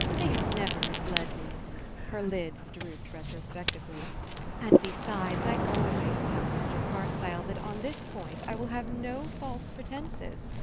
they have never misled me her lids drooped retrospectively and besides, i always tell mr. carstyle that on this point i will have no false pretences.